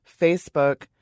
Facebook